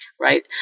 right